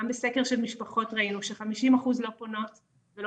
גם בסדר של משפחות ראינו ש-50% לא פונות ולא